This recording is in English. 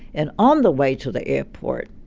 and on the way to the airport,